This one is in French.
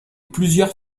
plusieurs